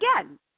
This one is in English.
again